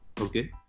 Okay